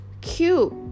cute